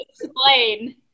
explain